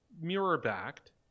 mirror-backed